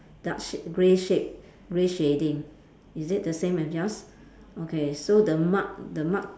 dark shape grey shape grey shading is it the same as yours okay so the mark the mark